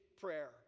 prayer